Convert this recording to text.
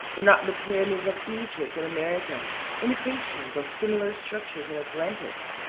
were not the pyramids of egypt and america imitations of similar structures in atlantis?